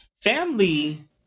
Family